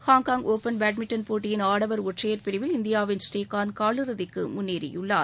Hong Kong open badminton போட்டியில் ஆடவர் ஒற்றையர் பிரிவில் இந்தியாவின் ஸ்ரீகாந்த் காலிறுதிக்கு முன்னேறியுள்ளார்